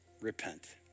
repent